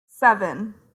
seven